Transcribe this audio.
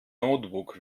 notebook